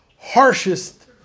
harshest